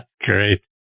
Great